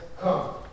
come